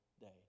day